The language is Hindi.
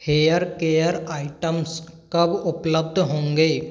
हेयर केयर आइटम्स कब उपलब्ध होंगे